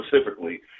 specifically